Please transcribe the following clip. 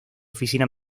oficina